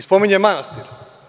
Spominjem manastir.